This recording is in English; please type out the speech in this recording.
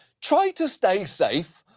try to stay safe.